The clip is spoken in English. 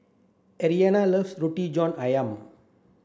Ardelia loves Roti John Ayam